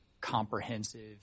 comprehensive